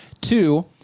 Two